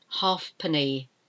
halfpenny